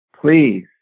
please